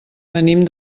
venim